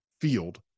Field